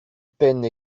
peine